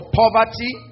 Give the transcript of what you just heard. poverty